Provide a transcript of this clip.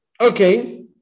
okay